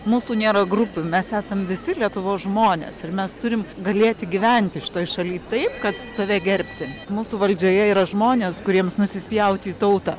mūsų nėra grupių mes esam visi lietuvos žmonės ir mes turim galėti gyventi šitoj šaly taip kad save gerbti mūsų valdžioje yra žmonės kuriems nusispjauti į tautą